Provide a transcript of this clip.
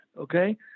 Okay